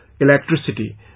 electricity